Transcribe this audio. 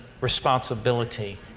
responsibility